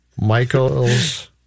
Michaels